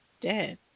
dead